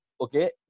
okay